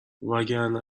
وگرنه